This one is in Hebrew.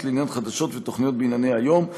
לעניין חדשות ותוכניות בענייני היום.